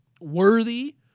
worthy